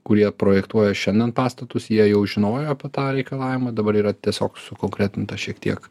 kurie projektuoja šiandien pastatus jie jau žinojo apie tą reikalavimą dabar yra tiesiog sukonkretinta šiek tiek